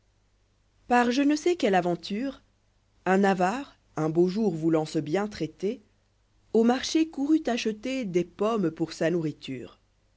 ah je ne sais quelle aventure us avare un beau jour voulant se bien traiter au marché courut acheter des pommes pour sa nourriture